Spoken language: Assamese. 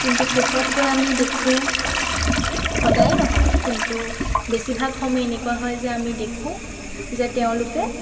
কিন্তু শেষত গৈ আমি দেখোঁ সদায়ে নহয় কিন্তু বেছিভাগ সময়ে এনেকুৱা হয় যে আমি দেখোঁ যে তেওঁলোকে